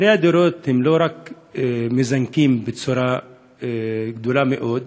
מחירי הדירות לא רק מזנקים בצורה חדה מאוד,